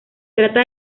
trata